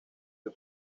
del